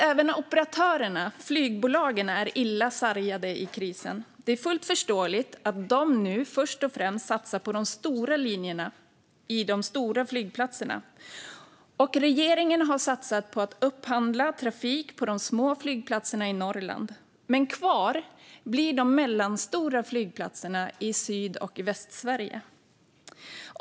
Även operatörerna, flygbolagen, är nämligen illa sargade i krisen. Det är fullt förståeligt att de nu först och främst satsar på de stora linjerna från de stora flygplatserna. Regeringen har satsat på att upphandla trafik på de små flygplatserna i Norrland. Kvar blir de mellanstora flygplatserna i Syd och Västsverige.